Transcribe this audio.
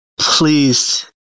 Please